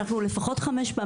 כמה פניות היו לכם לעירייה?